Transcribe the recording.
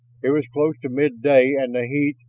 it was close to midday and the heat,